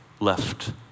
left